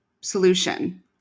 solution